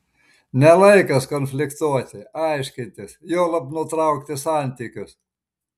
ne laikas konfliktuoti aiškintis juolab nutraukti santykius